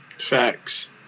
Facts